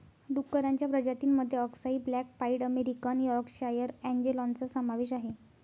डुक्करांच्या प्रजातीं मध्ये अक्साई ब्लॅक पाईड अमेरिकन यॉर्कशायर अँजेलॉनचा समावेश आहे